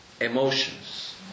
emotions